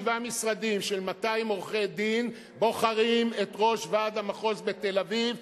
שבעה משרדים של 200 עורכי-דין בוחרים את ראש ועד המחוז בתל-אביב,